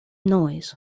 noise